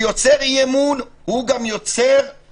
שיוצר אי-אמון, יוצר גם